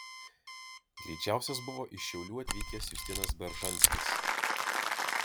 greičiausias buvo iš šiaulių atvykęs justinas beržanskis